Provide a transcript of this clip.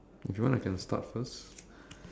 if you want I can start first